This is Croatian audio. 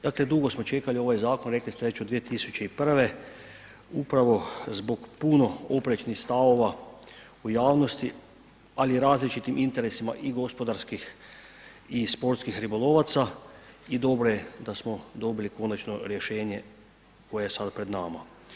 Dakle dugo smo čekali ovaj zakon, rekli ste već od 2001. upravo zbog puno oprečnih stavova u javnosti ali i različitim interesima i gospodarskih i sportskih ribolovaca i dobro je da smo dobili konačno rješenje koje je sad pred nama.